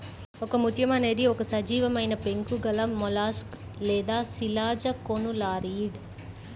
ఒకముత్యం అనేది ఒక సజీవమైనపెంకు గలమొలస్క్ లేదా శిలాజకోనులారియిడ్